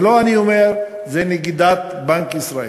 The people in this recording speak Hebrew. זה לא אני אומר, זה נגידת בנק ישראל.